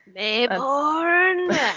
Mayborn